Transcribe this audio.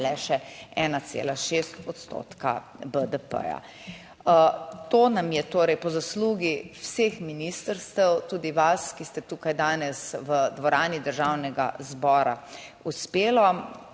le še 1,6 odstotka BDP. To nam je torej po zaslugi vseh ministrstev, tudi vas, ki ste tukaj danes v dvorani Državnega zbora uspelo.